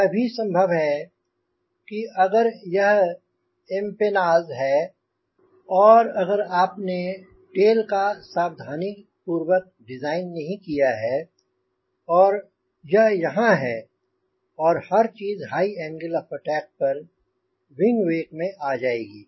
यह भी संभव है कि अगर यह एम्पेनाज है और अगर आपने टेल का सावधानीपूर्वक डिज़ाइन नहीं किया है और यह यहांँ है और हर चीज हाई एंगल ऑफ़ अटैक पर विंग वेक में आ जाएगी